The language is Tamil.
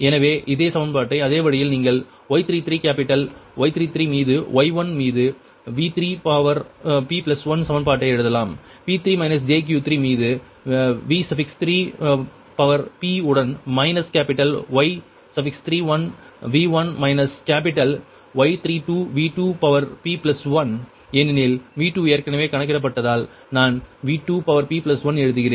எனவே இதே சமன்பாட்டை அதே வழியில் நீங்கள் Y33 கேப்பிட்டல் Y33 மீது Y1 மீது V3p1 சமன்பாட்டை எழுதலாம் P3 jQ3 மீது V3p உடன் minus capital Y31 V1 minus capital Y32V2p1 ஏனெனில் V2 ஏற்கனவே கணக்கிடப்பட்டதால் நான் V2p1 எழுதுகிறேன்